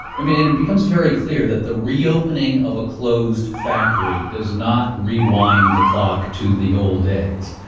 i mean, it becomes very clear that the reopening of a closed factory does not rewind the clock to the old days.